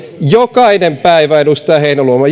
jokainen päivä edustaja heinäluoma